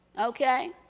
okay